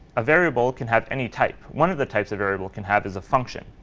a variable can have any type. one of the types a variable can have is a function.